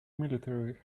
military